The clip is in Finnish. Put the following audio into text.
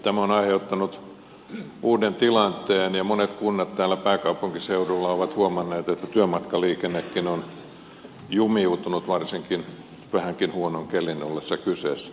tämä on aiheuttanut uuden tilanteen ja monet kunnat täällä pääkaupunkiseudulla ovat huomanneet että työmatkaliikennekin on jumiutunut varsinkin vähänkin huonon kelin ollessa kyseessä